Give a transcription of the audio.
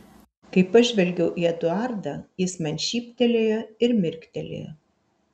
kai pažvelgiau į eduardą jis man šyptelėjo ir mirktelėjo